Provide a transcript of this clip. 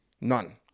None